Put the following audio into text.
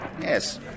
yes